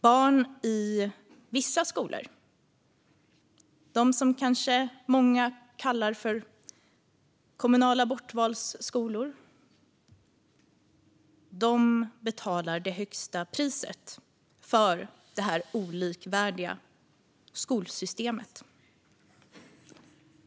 Barn i vissa skolor, de som många kanske kallar för kommunala bortvalsskolor, betalar det högsta priset för det här olikvärdiga skolsystemet.